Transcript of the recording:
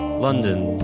london.